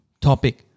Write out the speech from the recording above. topic